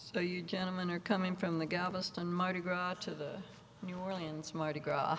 so you gentlemen are coming from the galveston mardi gras to new orleans mardi gras